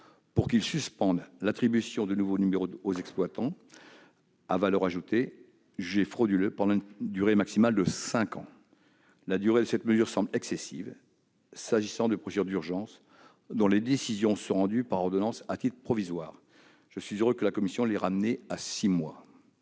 pour qu'il suspende l'attribution de nouveaux numéros aux exploitants de services à valeur ajoutée jugés frauduleux pendant une durée maximale de cinq ans. La durée de cette mesure semble excessive s'agissant de procédures d'urgence et de décisions rendues par ordonnances à titre provisoire. Je suis heureux que la commission l'ait ramenée à six mois.